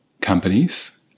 companies